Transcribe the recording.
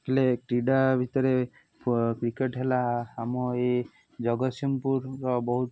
ହେଲେ କ୍ରୀଡ଼ା ଭିତରେ ଫୁ କ୍ରିକେଟ ହେଲା ଆମ ଏଇ ଜଗତସିଂହପୁରର ବହୁତ